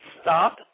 stop